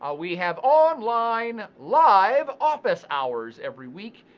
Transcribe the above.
ah we have online live office hours every week,